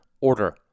order